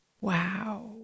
Wow